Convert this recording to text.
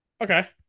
Okay